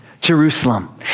Jerusalem